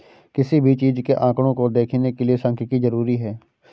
किसी भी चीज के आंकडों को देखने के लिये सांख्यिकी जरूरी हैं